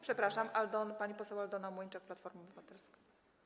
Przepraszam, pani poseł Aldona Młyńczak, Platforma Obywatelska.